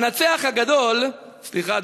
המנצח הגדול" סליחה,